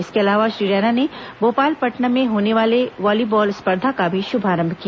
इसके अलावा श्री रैना ने भोपालपटनम में होने वाले वॉलीबाल स्पर्धा का भी शुभारंभ किया